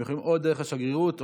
הם יכולים דרך השגרירות או,